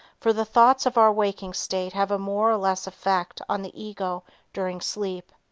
for the thoughts of our waking state have a more or less effect on the ego during sleep.